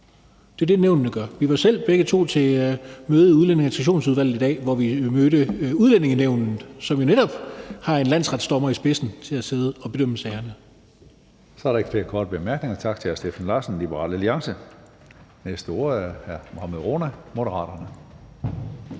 Det er det, nævnene gør. Vi var begge to selv til møde i Udlændinge- og Integrationsudvalget i dag, hvor vi mødte Udlændingenævnet, som jo netop har en landsretsdommer i spidsen til at sidde og bedømme sagerne. Kl. 16:44 Tredje næstformand (Karsten Hønge): Så er der ikke flere korte bemærkninger. Tak til hr. Steffen Larsen, Liberal Alliance. Næste ordfører er Mohammad Rona, Moderaterne.